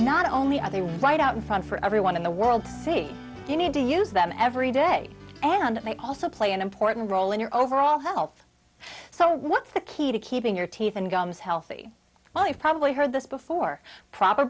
not only are they right out in front for everyone in the world say you need to use them every day and it may also play an important role in your overall health so what's the key to keeping your teeth and gums healthy well you probably heard this before proper